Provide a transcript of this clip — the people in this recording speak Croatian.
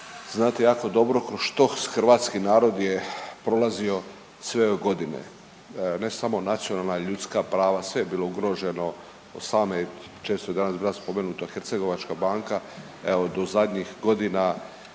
znate jako dobro kroz što hrvatski narod je prolazio sve ove godine. Ne samo nacionalna i ljudska prava, sve je bilo ugroženo same, često je danas bila spomenuta Hercegovačka banka, evo do zadnjih godina